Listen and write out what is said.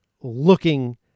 looking